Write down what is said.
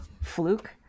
fluke